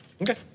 Okay